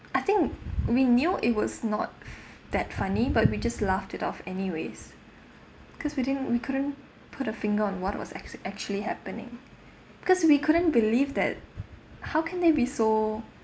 I think we knew it was not f~ that funny but we just laughed it off anyways cause we didn't we couldn't put a finger on what was actually actually happening because we couldn't believe that how can they be so